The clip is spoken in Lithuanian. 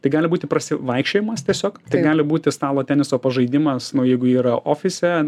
tai gali būti pasivaikščiojimas tiesiog tai gali būti stalo teniso pažaidimas nu jeigu yra ofise